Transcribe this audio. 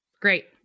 Great